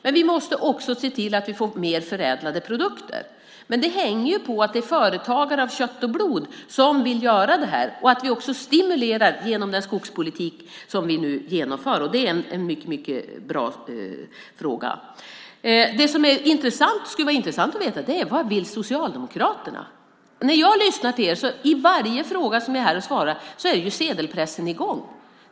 Men vi måste också se till att vi får mer förädlade produkter, och detta hänger på att företagare av kött och blod vill göra detta och att vi stimulerar genom den skogspolitik vi nu genomför. Det är en bra fråga. Det som skulle vara intressant att veta är vad Socialdemokraterna vill. Sedelpressen är ju i gång i varje fråga som jag är här och besvarar.